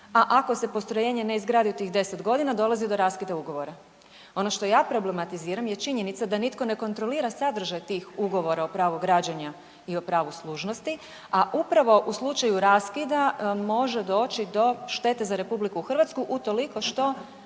a ako se postrojenje ne izgradi u tih 10.g. dolazi do raskida ugovora. Ono što ja problematiziram je činjenica da nitko ne kontrolira sadržaj tih ugovora o pravu građenja i o pravu služnosti, a upravo u slučaju raskida može doći do štete za RH utoliko što